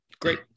Great